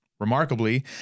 Remarkably